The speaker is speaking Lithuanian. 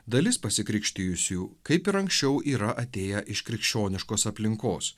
dalis pasikrikštijusiųjų kaip ir anksčiau yra atėję iš krikščioniškos aplinkos